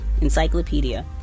encyclopedia